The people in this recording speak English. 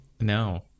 No